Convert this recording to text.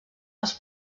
els